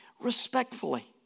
respectfully